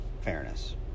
fairness